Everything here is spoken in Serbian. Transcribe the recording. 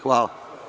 Hvala.